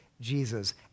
Jesus